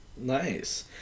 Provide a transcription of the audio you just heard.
Nice